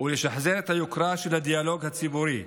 ולשחזר את היוקרה של הדיאלוג הציבורי,